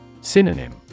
Synonym